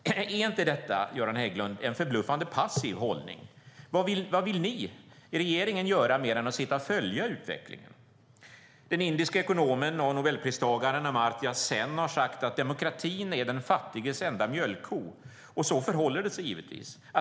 Är inte detta, Göran Hägglund, en förbluffande passiv hållning? Vad vill ni i regeringen göra mer än att sitta och följa utvecklingen? Den indiske ekonomen och nobelpristagaren Amartya Sen har sagt att demokratin är den fattiges enda mjölkko. Så förhåller det sig givetvis.